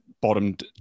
bottomed